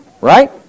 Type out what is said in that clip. Right